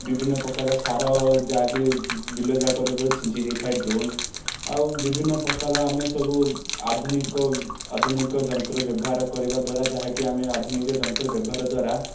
ବିଭିନ୍ନ ପ୍ରକାର ସାର ଯାହାକି ବିଲ ଯାକର ଉପରେ ଛିଞ୍ଚି ଦେଇ ଥାଏ ଡ୍ରୋନ୍ ଆଉ ବିଭିନ୍ନ ପ୍ରକାର ଆମେ ସବୁ ଆଧୁନିକ ଆଧୁନିକ ଯନ୍ତ୍ର ବ୍ୟବହାର କରିବା ଦ୍ୱାରା ଯାହାକି ଆମେ ଆଧୁନିକ ଯନ୍ତ୍ର ବ୍ୟବହାର ଦ୍ୱାରା